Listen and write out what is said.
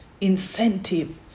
incentive